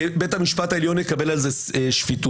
בית המשפט העליון יקבל על זה שפיטות,